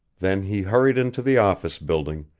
then he hurried into the office building,